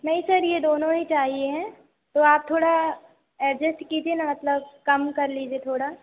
नहीं सर ये दोनों ही चाहिए तो आप थोड़ा एडजेस्ट कीजिए ना मतलब कम कर लीजिए थोड़ा